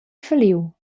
falliu